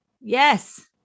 yes